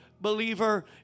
believer